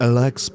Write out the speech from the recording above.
Alex